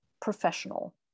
professional